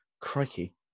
Crikey